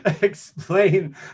Explain